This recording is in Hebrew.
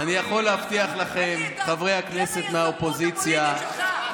אין לי את גן היזמות הפוליטי שלך.